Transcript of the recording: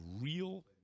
real